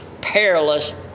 perilous